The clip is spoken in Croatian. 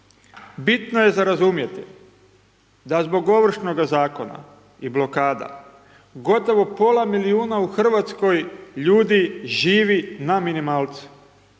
Bitno je za razumjeti da zbog Ovršnoga zakona i blokada, gotovo pola milijuna u Hrvatskoj ljudi živi na minimalcu